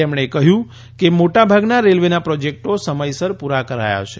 તેમણે કહ્યું કે મોટાભાગના રેલવેના પ્રોજેક્ટો સમયસર પૂરા કરાયા છે